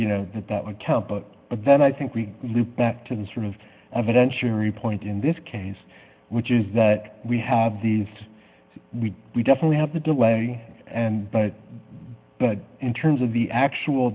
you know that that would count but then i think we can loop back to the stream of evidence jury point in this case which is that we have these we we definitely have the delay and but but in terms of the actual